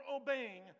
obeying